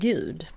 Gud